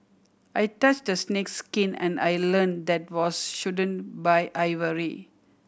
I touched a snake's skin and I learned that was shouldn't buy ivory